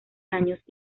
años